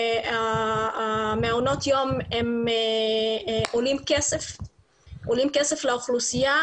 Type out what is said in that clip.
מעונות היום עולות כסף לאוכלוסייה,